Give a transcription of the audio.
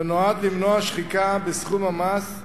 ונועד למנוע שחיקה בסכום המס,